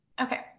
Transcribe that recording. Okay